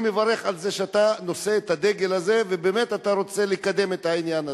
אני מברך על זה שאתה נושא את הדגל הזה ובאמת רוצה לקדם את העניין הזה.